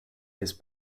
his